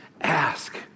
Ask